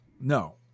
No